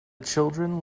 children